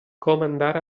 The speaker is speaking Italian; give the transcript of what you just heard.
comandare